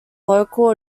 local